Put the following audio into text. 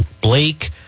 Blake